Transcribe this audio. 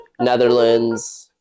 Netherlands